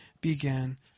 began